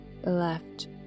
left